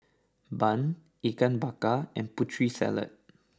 Bun Ikan Bakar and Putri Salad